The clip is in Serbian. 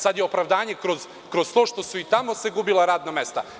Sada je opravdanje kroz to što su se i tamo gubila radna mesta.